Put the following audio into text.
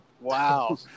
wow